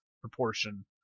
proportion